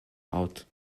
out